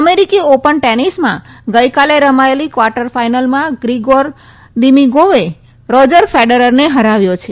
અમેરિકી ઓપન ટેનિસમાં ગઇકાલે રમાયેલી ક્વાર્ટર ફાઈનલમાં ગ્રીગોર દીમીગોવે રોજર ફેડરરને હરાવ્યો છે